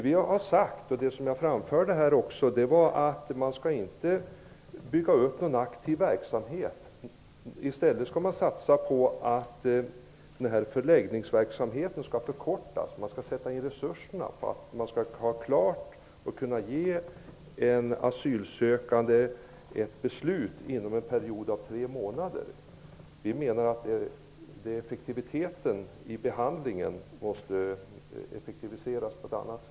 Vi har sagt -- jag framförde det även här -- att man inte skall bygga upp någon aktiv verksamhet. Man skall i stället satsa på att tiden på förläggningarna skall förkortas. Man skall sätta in resurser så att en asylsökande kan få ett beslut inom en period på tre månader. Vi menar att ärendebehandlingen måste effektiviseras.